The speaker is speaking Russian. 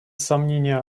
сомнения